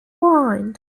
wind